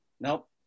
Nope